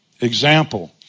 Example